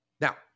Now